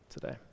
today